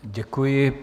Děkuji.